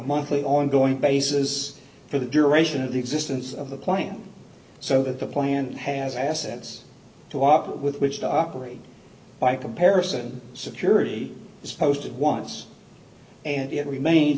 monthly ongoing basis for the duration of the existence of the plan so that the plant has assets to walk with which to operate by comparison security is posted once and it remains